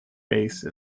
base